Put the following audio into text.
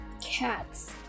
Cats